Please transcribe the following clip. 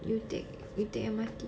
you take you take M_R_T